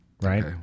right